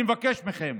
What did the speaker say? אני מבקש מכם,